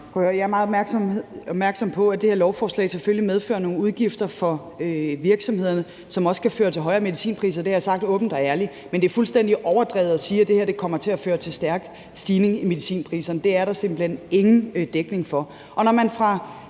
Jeg er meget opmærksom på, at det her lovforslag selvfølgelig medfører nogle udgifter for virksomhederne, som også kan føre til højere medicinpriser – det har jeg sagt åbent og ærligt. Men det er fuldstændig overdrevet at sige, at det her kommer til at føre til en stærk stigning i medicinpriserne; det er der simpelt hen ingen dækning for.